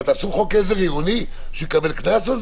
אבל תעשו חוק עירוני כדי שהוא יקבל על זה קנס?